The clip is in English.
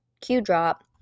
Q-Drop